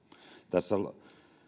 tässä